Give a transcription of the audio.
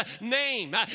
name